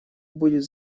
будет